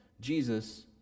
Jesus